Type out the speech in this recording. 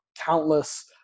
countless